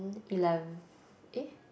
elev~ eh